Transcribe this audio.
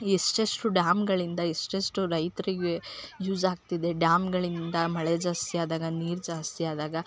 ಎಷ್ಟೆಷ್ಟು ಡ್ಯಾಮ್ಗಳಿಂದ ಎಷ್ಟೆಷ್ಟು ರೈತರಿಗೆ ಯೂಸ್ ಆಗ್ತಿದೆ ಡ್ಯಾಮ್ಗಳಿಂದ ಮಳೆ ಜಾಸ್ತಿಯಾದಾಗ ನೀರು ಜಾಸ್ತಿಯಾದಾಗ